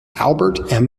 albert